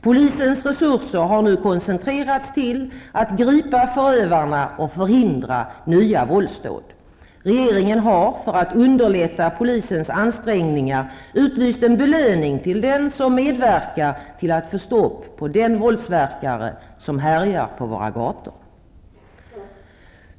Polisens resurser har nu koncentrerats till att gripa förövarna och förhindra nya våldsdåd. Regeringen har, för att underlätta polisens ansträngningar, utfäst en belöning till den som medverkar till att få stopp på den våldsverkare som härjar på våra gator.